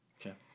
Okay